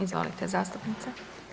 Izvolite zastupnice.